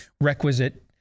requisite